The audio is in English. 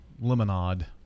Lemonade